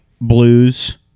blues